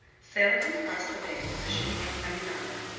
sailing across the bay to the cheniere caminada,